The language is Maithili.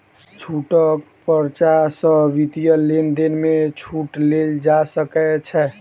छूटक पर्चा सॅ वित्तीय लेन देन में छूट लेल जा सकै छै